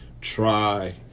try